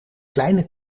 kleine